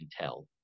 tell